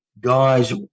guys